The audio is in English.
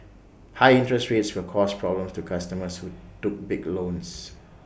high interest rates will cause problems to customers who took big loans